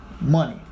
money